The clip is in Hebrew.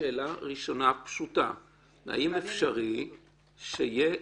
האם אפשרי שיהיה